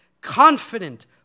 confident